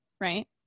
right